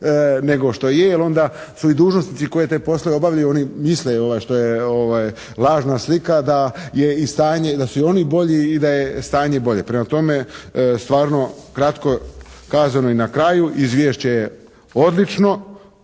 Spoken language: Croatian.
nego što je jer onda su i dužnosnici koji te poslove obavljaju, oni misle što je lažna slika da je i stanje, da su i oni bolji i da je stanje bolje. Prema tome, stvarno kratko kazano i na kraju. Izvješće je odlično,